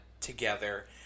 together